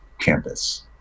campus